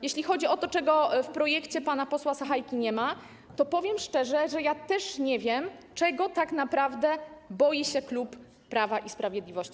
Jeśli chodzi o to, czego w projekcie pana posła Sachajki nie ma, to powiem szczerze, że ja też nie wiem, czego tak naprawdę boi się klub Prawa i Sprawiedliwości.